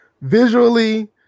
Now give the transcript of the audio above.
visually